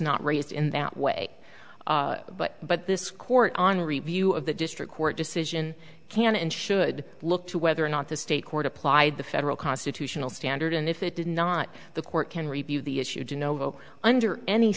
not raised in that way but but this court on review of the district court decision can and should look to whether or not the state court applied the federal constitutional standard and if it did not the court can review the issues you know under any